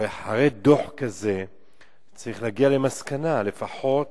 הרי אחרי דוח כזה צריך להגיע למסקנה, לפחות